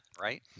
right